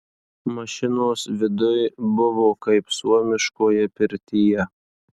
mašinos viduj buvo kaip suomiškoje pirtyje